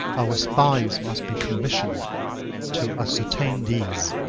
our spies must be commissioned to ascertain these.